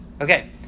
okay